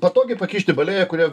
patogiai pakišti balėją kurią